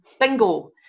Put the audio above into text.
bingo